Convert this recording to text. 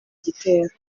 gitero